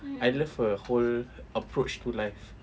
I love her whole approach to life